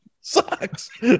sucks